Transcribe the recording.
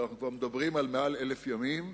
ואנחנו מדברים כבר על מעל 1,000 ימים,